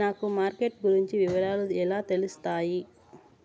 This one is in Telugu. నాకు మార్కెట్ గురించి వివరాలు ఎలా తెలుస్తాయి?